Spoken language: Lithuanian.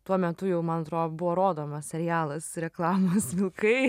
tuo metu jau man atrodo buvo rodomas serialas reklamos vilkai